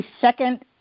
second